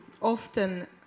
often